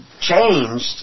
changed